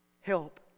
help